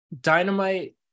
Dynamite